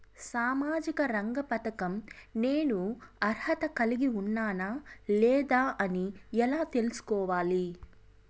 సామాజిక రంగ పథకం నేను అర్హత కలిగి ఉన్నానా లేదా అని ఎలా తెల్సుకోవాలి?